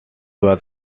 was